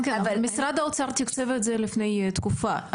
משרד האוצר תקצב את זה לפני תקופה.